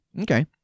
Okay